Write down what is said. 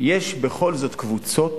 יש בכל זאת קבוצות